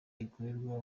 ikorerwa